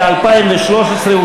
ל-2013,